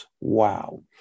Wow